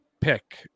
pick